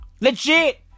Legit